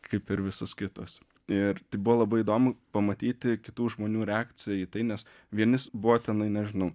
kaip ir visos kitos ir tai buvo labai įdomu pamatyti kitų žmonių reakciją į tai nes vieni buvo tenai nežinau